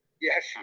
Yes